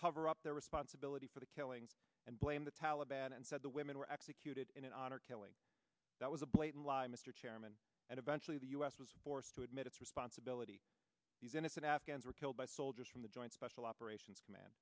cover up their responsibility for the killing and blame the taliban and said the women were executed in an honor killing that was a blatant lie mr chairman and eventually the us was forced to admit its responsibility these innocent afghans were killed by soldiers from the joint special operations command